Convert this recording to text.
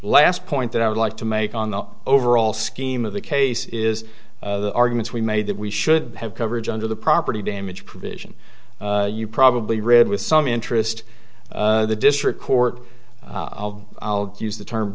last point that i would like to make on the overall scheme of the case is the arguments we made that we should have coverage under the property damage provision you probably read with some interest the district court i'll use the term